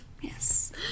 Yes